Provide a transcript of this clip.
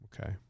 Okay